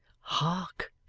hark!